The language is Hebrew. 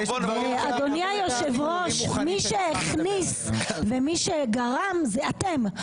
אדוני היושב ראש, מי שהכניס ומי שגרם זה אתם.